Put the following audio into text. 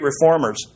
reformers